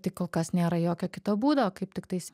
tai kol kas nėra jokio kito būdo kaip tiktais